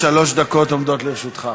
בבקשה, אדוני, שלוש דקות עומדות לרשותך.